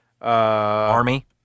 Army